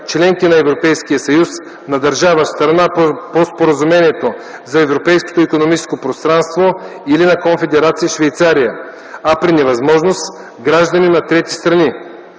членки на Европейския съюз, на държава – страна по Споразумението за Европейското икономическо пространство, или на Конфедерация Швейцария, а при невъзможност – граждани на трети държави.